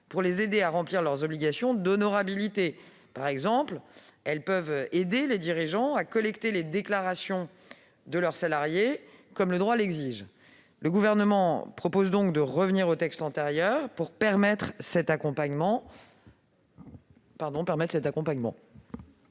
pour les aider à remplir leurs obligations d'honorabilité. Par exemple, elles peuvent aider les dirigeants à collecter les déclarations de leurs salariés, comme le droit l'exige. Le Gouvernement propose donc de revenir au texte antérieur pour permettre cet accompagnement.